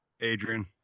Adrian